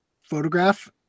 photograph